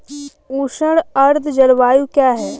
उष्ण आर्द्र जलवायु क्या है?